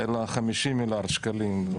אלא 50 מיליארד שקלים.